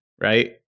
Right